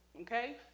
Okay